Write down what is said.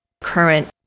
current